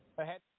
ahead